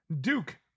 Duke